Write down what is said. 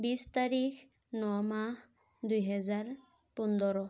বিছ তাৰিখ ন মাহ দুহেজাৰ পোন্ধৰ